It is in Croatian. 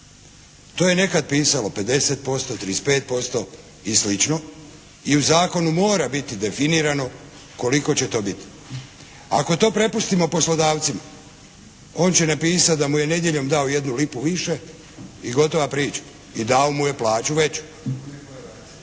To je nekad pisalo 50%, 35% i slično i u zakonu mora biti definirano koliko će to biti. Ako to prepustimo poslodavcima on će napisati da mu je nedjeljom dao jednu lipu više i gotova priča. I dao mu je plaću veću,